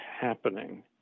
happening